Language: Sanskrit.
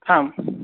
हां